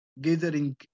gathering